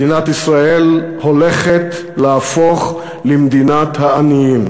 מדינת ישראל הולכת להפוך למדינת העניים.